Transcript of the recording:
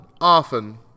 often